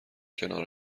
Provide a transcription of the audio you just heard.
کنار